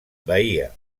bahia